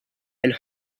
and